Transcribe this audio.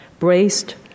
braced